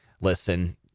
listen